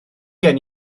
gen